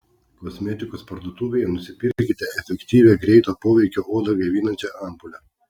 kosmetikos parduotuvėje nusipirkite efektyvią greito poveikio odą gaivinančią ampulę